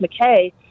McKay